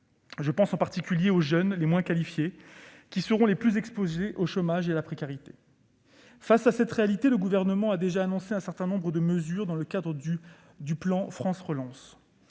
je pense en particulier aux jeunes les moins qualifiés, qui seront le plus exposés au chômage et à la précarité. Devant cette réalité, le Gouvernement a déjà annoncé un certain nombre de mesures, dans le cadre du plan France Relance.